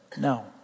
no